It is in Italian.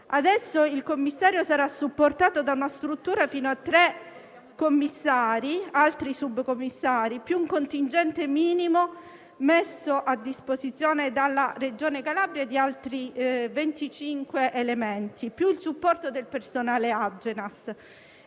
Adesso il commissario sarà supportato da una struttura fino a tre commissari, altri subcommissari, da un contingente minimo messo a disposizione dalla Regione Calabria di altri 25 elementi, più il supporto del personale dell'Agenas.